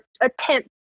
attempt